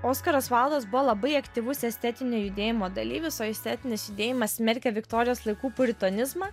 oskaras vaildas buvo labai aktyvus estetinio judėjimo dalyvis o estetinis judėjimas smerkė viktorijos laikų puritonizmą